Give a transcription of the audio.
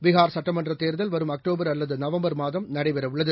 பீகார் சட்டமன்றத் தேர்தல் வரும் அக்டோபர் அல்லதுநவம்பர் மாதம் நடைபெறவுள்ளது